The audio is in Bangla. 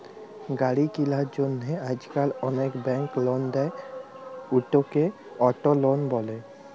গাড়ি কিলার জ্যনহে আইজকাল অলেক ব্যাংক লল দেই, উটকে অট লল ব্যলে